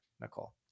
nicole